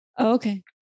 okay